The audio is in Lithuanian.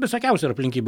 visokiausių yra aplinkybių